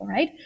right